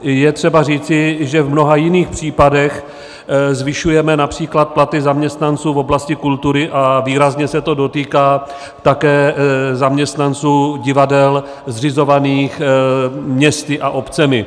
Je třeba říci, že v mnoha jiných případech zvyšujeme např. platy zaměstnanců v oblasti kultury a výrazně se to dotýká také zaměstnanců divadel zřizovaných městy a obcemi.